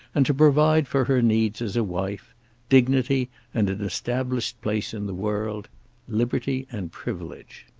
and to provide for her needs as a wife dignity and an established place in the world liberty and privilege.